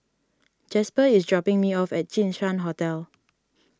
Jasper is dropping me off at Jinshan Hotel